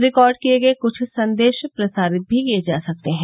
record किए गए कुछ संदेश प्रसारित भी किए जा सकते हैं